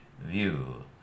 view